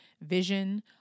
vision